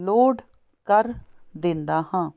note ਕਰ ਦਿੰਦਾ ਹਾਂ